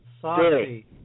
Sorry